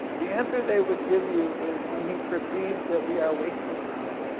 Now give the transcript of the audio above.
the answer they would give you is, when he perceives that we are wasting time.